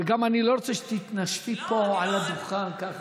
וגם אני לא רוצה שתתנשפי פה על הדוכן ככה.